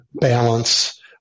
balance